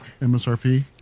msrp